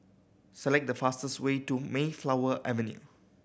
select the fastest way to Mayflower Avenue